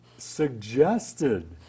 suggested